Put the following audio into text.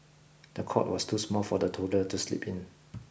the cot was too small for the toddler to sleep in